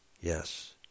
Yes